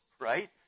right